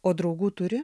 o draugų turi